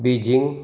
Beijing